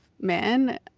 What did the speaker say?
men